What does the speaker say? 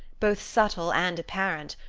both subtle and apparent,